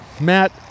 Matt